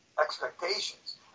expectations